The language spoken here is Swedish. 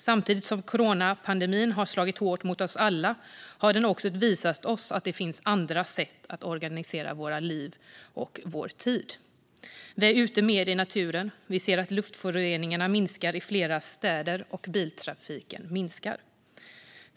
Samtidigt som coronapandemin har slagit hårt mot oss alla har den också visat oss att det finns andra sätt att organisera våra liv och vår tid. Vi är ute mer i naturen; vi ser att luftföroreningarna minskar i flera städer och att biltrafiken minskar.